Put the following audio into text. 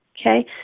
okay